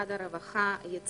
משרד הרווחה יצא